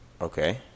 Okay